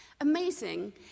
Amazing